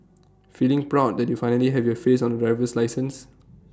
feeling proud that you finally have your face on A driver's license